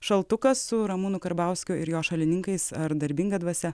šaltukas su ramūnu karbauskiu ir jo šalininkais ar darbinga dvasia